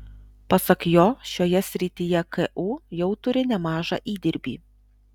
pasak jo šioje srityje ku jau turi nemažą įdirbį